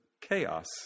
chaos